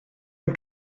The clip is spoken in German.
den